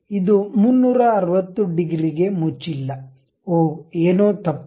ಇದು 360 ಡಿಗ್ರಿ ಗೆ ಮುಚ್ಚಿಲ್ಲ ಓಹ್ ಏನೋ ತಪ್ಪಾಗಿದೆ